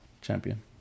champion